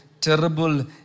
terrible